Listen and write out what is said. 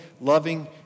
loving